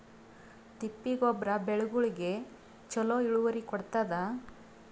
ತಿಪ್ಪಿ ಗೊಬ್ಬರ ಬೆಳಿಗೋಳಿಗಿ ಚಲೋ ಇಳುವರಿ ಕೊಡತಾದ?